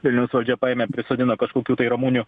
vilniaus valdžia paėmė prisodino kažkokių tai ramunių